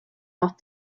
off